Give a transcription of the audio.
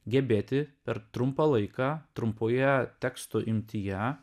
gebėti per trumpą laiką trumpoje tekstų imtyje